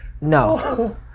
no